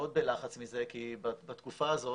מאוד בלחץ מזה כי בתקופה הזאת